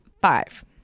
five